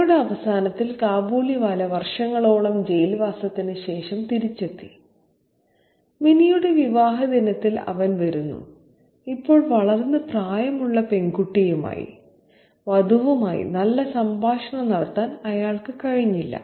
കഥയുടെ അവസാനത്തിൽ കാബൂളിവാല വർഷങ്ങളോളം ജയിൽവാസത്തിന് ശേഷം തിരിച്ചെത്തി മിനിയുടെ വിവാഹദിനത്തിൽ അവൻ വരുന്നു ഇപ്പോൾ വളർന്ന് പ്രായമുള്ള പെൺകുട്ടിയുമായി വധുവുമായി നല്ല സംഭാഷണം നടത്താൻ അയാൾക്ക് കഴിഞ്ഞില്ല